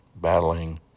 battling